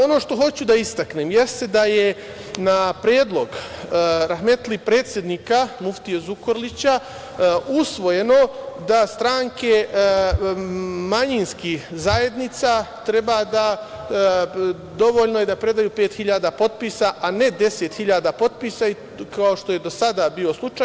Ono što hoću da istaknem jeste da je na predlog rahmetli predsednika Muftije Zukorlića usvojeno da stranke manjinskih zajednica dovoljno je da predaju pet hiljada potpisa, a ne 10 hiljada potpisa, kao što je do sada bio slučaj.